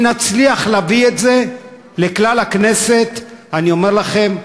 אם נצליח להביא את זה לכלל הכנסת, אני אומר לכם: